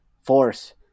force